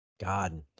God